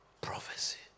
Prophecy